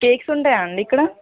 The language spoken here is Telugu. కేక్స్ ఉంటాయా అండి ఇక్కడ